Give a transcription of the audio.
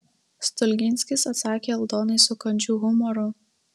stulginskis atsakė aldonai su kandžiu humoru